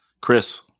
chris